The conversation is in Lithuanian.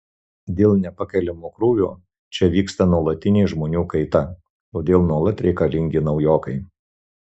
dėl nepakeliamo krūvio čia vyksta nuolatinė žmonių kaita todėl nuolat reikalingi naujokai